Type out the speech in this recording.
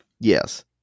Yes